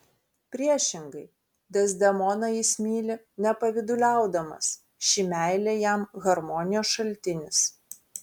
priešingai dezdemoną jis myli nepavyduliaudamas ši meilė jam harmonijos šaltinis